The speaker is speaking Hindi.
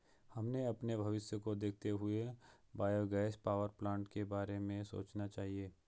हमें अपने भविष्य को देखते हुए बायोगैस पावरप्लांट के बारे में सोचना चाहिए